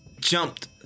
jumped